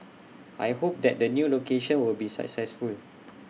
I hope that the new location will be successful